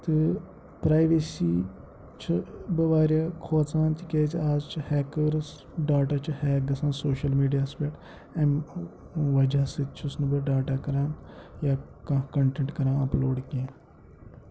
تہٕ پرٛایویسی چھِ بہٕ واریاہ کھوژان تِکیٛازِ آز چھِ ہیکٲرٕس ڈاٹا چھِ ہیک گژھان سوشَل میٖڈیاہَس پٮ۪ٹھ اَمہِ وجہ سۭتۍ چھُس نہٕ بہٕ ڈاٹا کَران یا کانٛہہ کَنٹٮ۪نٹ کَران اَپلوڈ کینٛہہ